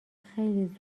خیلی